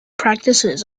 practices